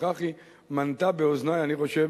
וכך היא מנתה באוזני, אני חושב